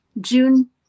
June